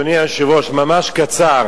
אדוני היושב ראש, ממש קצר.